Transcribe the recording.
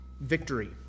victory